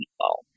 people